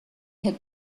had